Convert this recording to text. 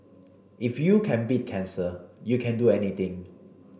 if you can beat cancer you can do anything